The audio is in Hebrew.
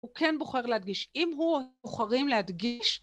הוא כן בוחר להדגיש אם הוא בוחרים להדגיש